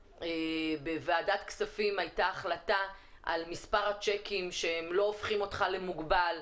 בוועדת כספים הייתה החלטה על מספר הצ'קים שלא הופכים אדם למוגבל,